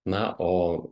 na o